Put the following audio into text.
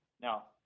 Now